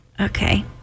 Okay